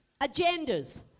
Agendas